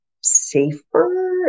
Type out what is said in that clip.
safer